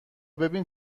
ببین